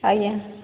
ଆଜ୍ଞା